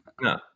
no